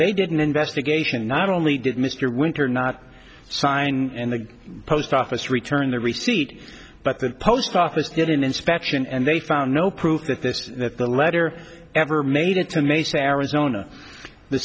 they didn't investigation not only did mr winter not sign in the post office return the receipt but the post office did an inspection and they found no proof that this that the letter ever made it to mesa arizona the